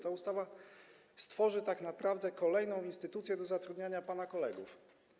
Ta ustawa stworzy tak naprawdę kolejną instytucję do zatrudniania pana kolegów.